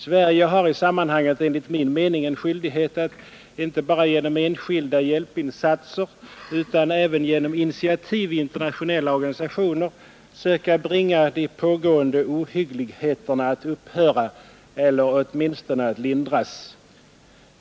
Sverige har i sammanhanget enligt min mening en skyldighet att — inte bara genom enskilda hjälpinsatser utan även genom initiativ i internationella organisationer — söka bringa de pågående ohyggligheterna att upphöra eller åtminstone att lindras.